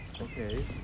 okay